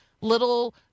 little